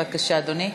בבקשה, אדוני.